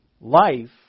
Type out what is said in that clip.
life